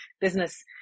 business